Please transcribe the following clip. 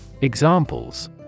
Examples